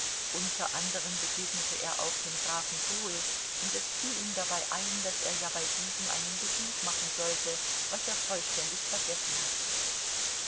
unter anderen begegnete er auch dem grafen bohl und es fiel ihm dabei ein daß er ja bei diesem einen besuch machen sollte was er vollständig vergessen hatte